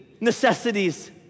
necessities